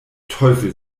teufel